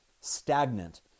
stagnant